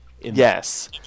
yes